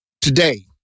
today